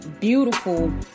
beautiful